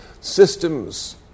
systems